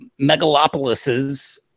megalopolises